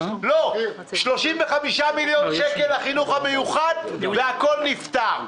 35 מיליון שקל לחינוך המיוחד והכול נפתר.